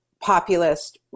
populist